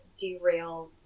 derail